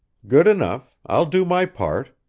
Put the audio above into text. good enough. i'll do my part.